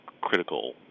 critical